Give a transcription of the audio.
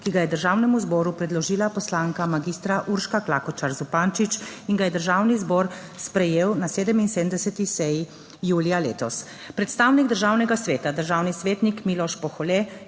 ki ga je Državnemu zboru predložila poslanka magistra Urška Klakočar Zupančič in ga je Državni zbor sprejel na 77. seji julija letos.